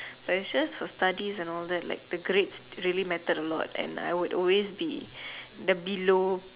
so its just for study and all that for grades it matters really a lot I would always be the below